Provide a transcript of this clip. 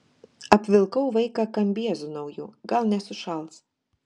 apvilkau vaiką kambiezu nauju gal nesušals